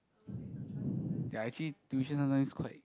ya actually tuition sometimes quite